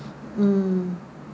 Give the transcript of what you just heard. mm